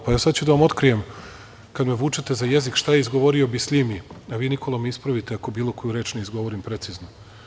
Pa, sada ću da vam otkrijem, kada me vučete za jezik, šta je izgovorio Bisljimi, a vi, Nikola, me ispravite ako bilo koju reč ne izgovorim precizno.